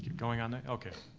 going on that? okay.